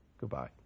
Goodbye